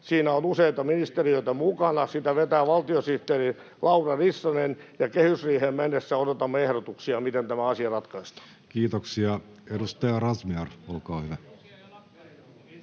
Siinä on useita ministeriöitä mukana, sitä vetää valtiosihteeri Laura Rissanen, ja kehysriiheen mennessä odotamme ehdotuksia, miten tämä asia ratkaistaan. Kiitoksia. — Edustaja Razmyar, olkaa hyvä.